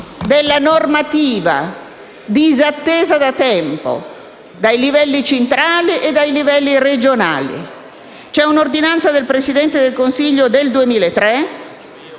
della normativa disattesa da tempo dai livelli centrali e regionali. C'è un'ordinanza del Presidente del Consiglio del 2003